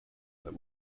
but